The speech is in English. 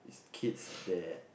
is kids that